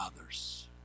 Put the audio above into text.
others